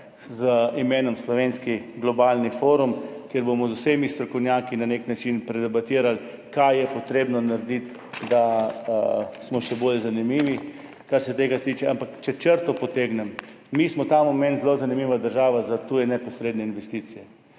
z imenom Slovenski globalni forum, kjer bomo z vsemi strokovnjaki na nek način predebatirali, kaj je potrebno narediti, da bomo še bolj zanimivi, kar se tega tiče. Ampak, če potegnem črto, mi smo ta moment zelo zanimiva država za tuje neposredne investicije,